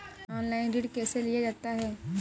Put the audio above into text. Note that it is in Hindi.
ऑनलाइन ऋण कैसे लिया जाता है?